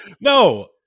No